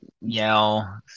yell